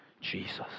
Jesus